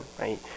right